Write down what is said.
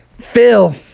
Phil